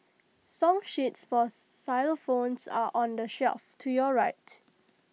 song sheets for xylophones are on the shelf to your right